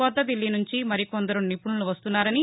కొత్తదిల్లీ నుంచి మరికొందరు నిపుణులు వస్తున్నారని